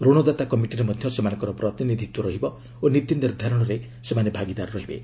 ଋଣଦାତା କମିଟିରେ ମଧ୍ୟ ସେମାନଙ୍କର ପ୍ରତିନିଧିତ୍ୱ ରହିବ ଓ ନୀତି ନିର୍ଦ୍ଧାରଣରେ ସେମାନେ ଭାଗିଦାର ରହିବେ